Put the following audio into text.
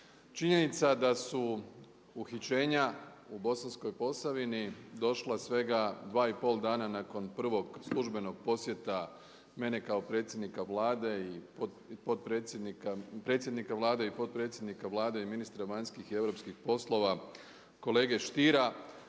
Činjenica da su uhićenja u Bosanskoj Posavini došla svega dva i pol dana nakon prvog službenog posjeta mene kao predsjednika Vlade i potpredsjednika, predsjednika Vlade i potpredsjednika Vlade i ministra vanjskih i europskih poslova kolege Stiera